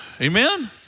amen